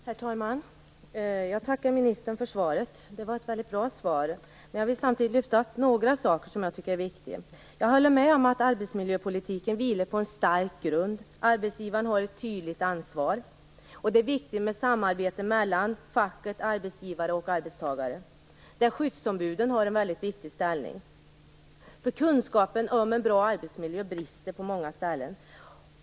Herr talman! Jag tackar ministern för svaret. Det var ett väldigt bra svar. Men jag vill lyfta fram några saker som jag tycker är viktiga. Jag håller med om att arbetsmiljöpolitiken vilar på en stabil grund. Arbetsgivaren har ett tydligt ansvar. Det är viktigt med samarbete mellan facket, arbetsgivare och arbetstagare. Skyddsombuden har en väldigt viktig ställning. Kunskapen om en bra arbetsmiljö brister på många håll.